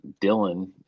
Dylan